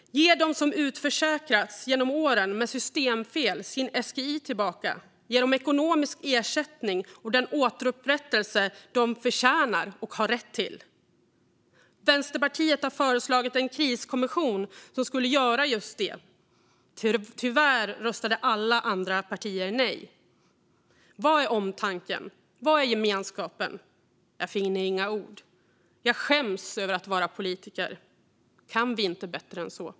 Ge dem som utförsäkrats genom åren med systemfel deras SGI tillbaka! Ge dem ekonomisk ersättning och den upprättelse de förtjänar och har rätt till! Vänsterpartiet har föreslagit en kriskommission som skulle göra just detta. Tyvärr röstade alla andra partier nej. Var är omtanken? Var är gemenskapen? Jag finner inga ord! Jag skäms över att vara politiker. Kan vi inte bättre än så?